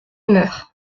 humeur